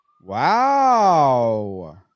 Wow